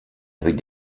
avec